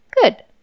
Good